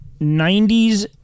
90s